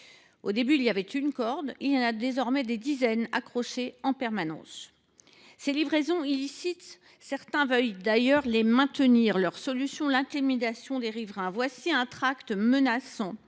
Au début, il n’y avait qu’une seule corde ; il y en a désormais des dizaines, accrochées en permanence. Ces livraisons illicites, certains tiennent d’ailleurs à les maintenir. Leur solution : l’intimidation des riverains. J’ai en main un tract menaçant,